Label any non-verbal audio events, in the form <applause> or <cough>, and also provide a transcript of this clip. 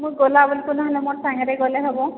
ମୁଁ ଗଲା ବେଲ ତ <unintelligible> ମୋ ସାଙ୍ଗରେ ଗଲେ ହବ